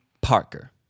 Parker